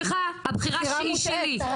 סליחה הבחירה היא שלי.